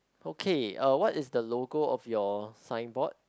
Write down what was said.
okay uh what is the logo of your signboard